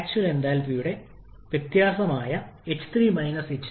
098 ഇത് കണക്കാക്കുമ്പോൾ വീണ്ടും ഓർക്കുക നിങ്ങൾ cp 1